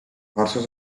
horses